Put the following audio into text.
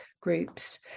groups